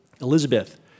Elizabeth